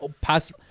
pass